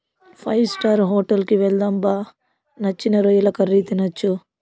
five star hotel కి వెళ్దాం బా నచ్చిన రొయ్యల కర్రీ తినొచ్చు